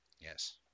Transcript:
Yes